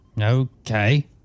Okay